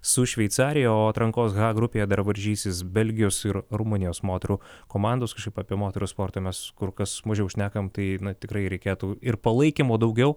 su šveicarija o atrankos h grupėje dar varžysis belgijos ir rumunijos moterų komandos kažkaip apie moterų sportą mes kur kas mažiau šnekam tai na tikrai reikėtų ir palaikymo daugiau